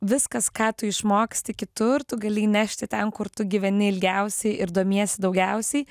viskas ką tu išmoksti kitur tu gali įnešti ten kur tu gyveni ilgiausiai ir domiesi daugiausiai